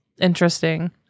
Interesting